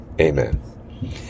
Amen